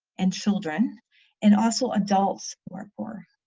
and children and also adults who are poor